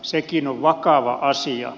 sekin on vakava asia